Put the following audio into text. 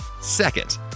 Second